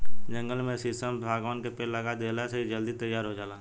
जंगल में शीशम, शागवान के पेड़ लगा देहला से इ जल्दी तईयार हो जाता